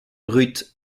ruth